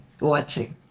watching